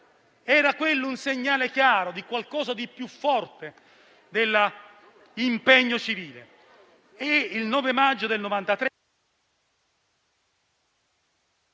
Era quello un segnale chiaro di qualcosa di più forte dell'impegno civile.